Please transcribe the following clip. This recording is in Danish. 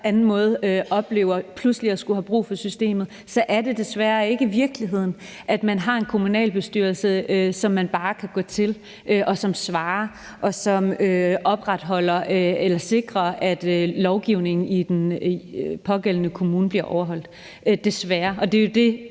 anden måde oplever pludselig at skulle bruge for systemet, er det desværre ikke virkeligheden, at man har en kommunalbestyrelse, som man bare kan gå til, og som svarer, og som sikrer, at lovgivningen i den pågældende kommune bliver overholdt. Desværre. Det er jo det